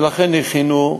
ולכן הכינו,